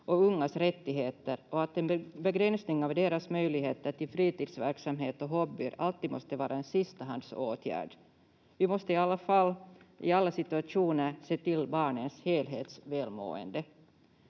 och ungas rättigheter och att en begränsning av deras möjligheter till fritidsverksamhet och hobbyer alltid måste vara en sistahandsåtgärd. Vi måste i alla fall i alla situationer se till barnens helhetsvälmående.